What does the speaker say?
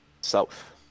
South